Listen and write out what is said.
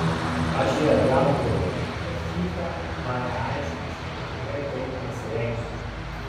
aš jai atgal drėbiau kad fyfa man neaiškins ir tikrai taip nesirengsiu